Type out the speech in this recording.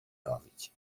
bawić